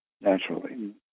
naturally